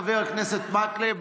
חבר הכנסת מקלב,